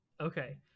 Okay